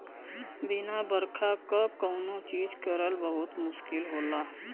बिना बरखा क कौनो चीज करल बहुत मुस्किल होला